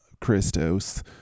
Christos